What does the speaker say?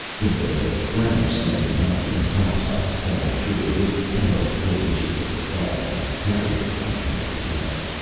there was a branch slanting up from the topside of the fallen tree. it was almost four inches at the butt and it carried its diameter well.